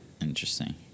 Interesting